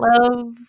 love